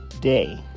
Day